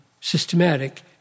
systematic